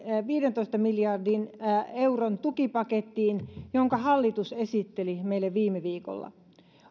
viidentoista miljardin euron tukipakettiin jonka hallitus esitteli meille viime viikolla